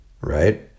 right